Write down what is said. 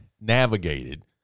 navigated